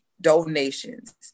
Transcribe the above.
donations